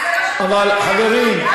אבל חברים,